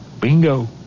Bingo